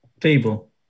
Table